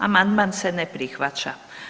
Amandman se ne prihvaća.